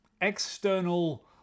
external